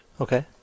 Okay